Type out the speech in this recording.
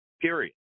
Period